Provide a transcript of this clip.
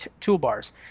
toolbars